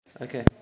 Okay